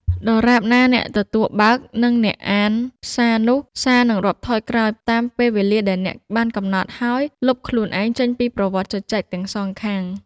ដរាបណាអ្នកទទួលបើក និងអានសារនោះ សារនឹងរាប់ថយក្រោយតាមពេលវេលាដែលអ្នកបានកំណត់ ហើយលុបខ្លួនឯងចេញពីប្រវត្តិជជែកទាំងសងខាង។